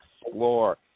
explore